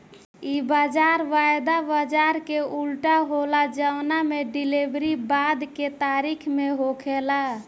इ बाजार वायदा बाजार के उल्टा होला जवना में डिलेवरी बाद के तारीख में होखेला